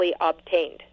obtained